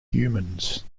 humans